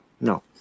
No